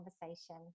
conversation